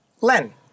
Len